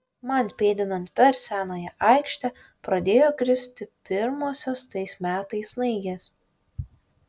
man pėdinant per senąją aikštę pradėjo kristi pirmosios tais metais snaigės